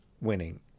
winning